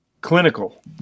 Clinical